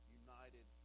united